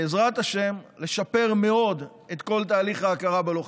בעזרת השם, לשפר מאוד את כל תהליך ההכרה בלוחמים.